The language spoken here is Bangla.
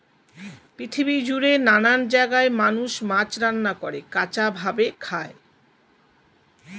পৃথিবী জুড়ে নানান জায়গায় মানুষ মাছ রান্না করে, কাঁচা ভাবে খায়